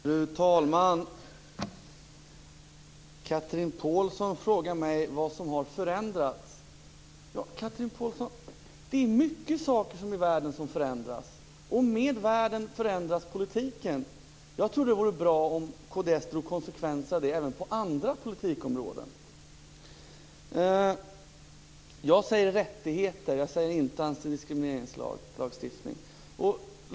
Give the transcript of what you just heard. Fru talman! Chatrine Pålsson frågade mig vad som hade förändrats. Det är mycket i världen som förändras och med världen förändras politiken. Jag tycker att det vore bra om kds tog konsekvenserna av detta även på andra politikområden. Jag använder ordet "rättigheter" och inte begreppet "antidiskrimineringslagstiftning".